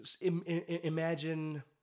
imagine